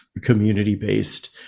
community-based